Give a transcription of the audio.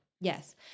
Yes